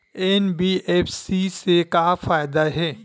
NBFC से का फ़ायदा हे?